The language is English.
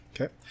Okay